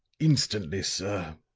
instantly, sir.